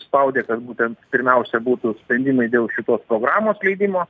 spaudė kad būtent pirmiausia būtų sprendimai dėl šitos programos leidimo